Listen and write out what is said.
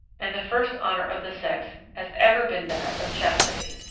and the first honor of the sex has ever been that of chastity.